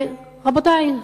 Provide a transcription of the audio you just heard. רבותי,